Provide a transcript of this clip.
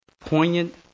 poignant